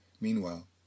Meanwhile